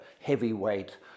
heavyweight